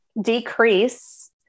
decrease